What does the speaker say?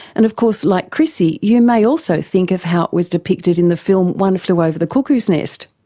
and of course, like chrissie, you may also think of how it was depicted in the film one flew over the cuckoo's nest.